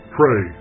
pray